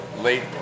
late